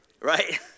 Right